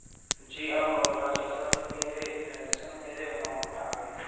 जी हां मल्होत्रा जी कल ही मेरे पेंशन मेरे अकाउंट में आ गए